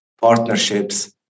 partnerships